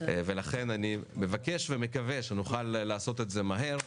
לכן אני מבקש ומקווה שנוכל לעשות את זה מהר,